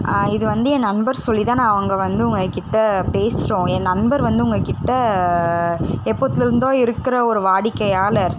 இது வந்து என் நண்பர் சொல்லிதான் நான் அங்கே வந்து உங்கக்கிட்ட பேசுகிறோம் என் நண்பர் வந்து உங்கக்கிட்ட எப்போத்துலருந்தோ இருக்கிற ஒரு வாடிக்கையாளர்